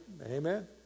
Amen